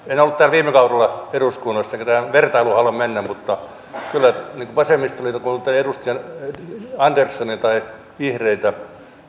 en ollut täällä eduskunnassa viime kaudella enkä tähän vertailuun halua mennä mutta kyllä vasemmistoliiton puolelta edustaja andersson tai vihreiltä